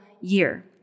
year